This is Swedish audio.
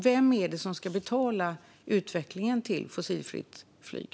Vem är det som ska betala utvecklingen till fossilfritt flyg?